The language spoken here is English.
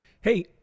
Hey